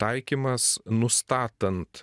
taikymas nustatant